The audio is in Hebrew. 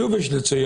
שוב יש לציין,